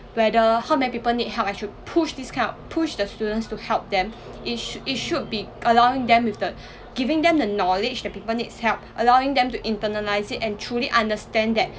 whether how many people need help I should push this kind of push the students to help them it should it should be allowing them with the giving them the knowledge that people needs help allowing them to internalise it and truly understand that